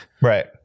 Right